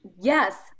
Yes